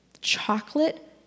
chocolate